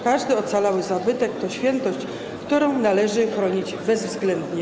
Każdy ocalony zabytek to świętość, którą należy chronić bezwzględnie.